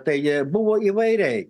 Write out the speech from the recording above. tai buvo įvairiai